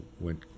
went